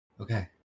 okay